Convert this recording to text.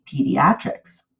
Pediatrics